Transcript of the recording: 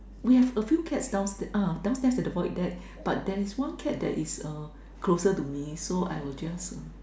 we have a few cats down ah downstairs at the void deck but there is one cat that is closer to me so I will just